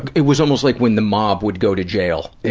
it was almost like when the mob would go to jail,